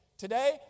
Today